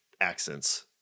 accents